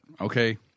Okay